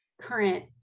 current